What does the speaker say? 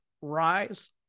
rise